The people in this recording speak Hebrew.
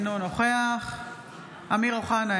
אינו נוכח אמיר אוחנה,